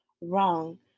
wrong